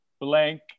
blank